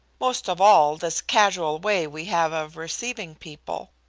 most of all this casual way we have of receiving people.